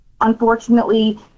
unfortunately